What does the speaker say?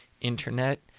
internet